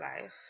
life